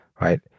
Right